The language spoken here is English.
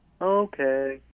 okay